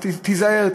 תיזהר,